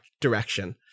Direction